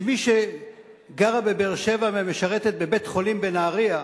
שמי שגרה בבאר-שבע ומשרתת בבית-חולים בנהרייה,